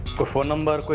but phone number,